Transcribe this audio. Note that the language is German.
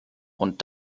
und